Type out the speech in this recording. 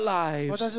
lives